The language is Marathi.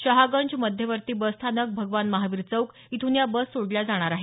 शहागंज मध्यवर्ती बसस्थानक भगवान महावीर चौक इथून या बस सोडल्या जाणार आहेत